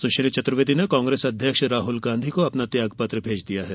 सुश्री चतुर्वेदी ने कांग्रेस अध्यक्ष राहुल गांधी को अपना त्यागपत्र भेज दिया है